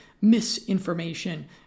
misinformation